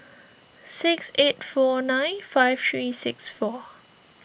six eight four nine five three six four